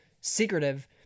secretive